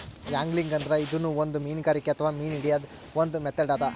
angling ಅಂದ್ರ ಇದೂನು ಒಂದ್ ಮೀನ್ಗಾರಿಕೆ ಅಥವಾ ಮೀನ್ ಹಿಡ್ಯದ್ದ್ ಒಂದ್ ಮೆಥಡ್ ಅದಾ